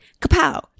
kapow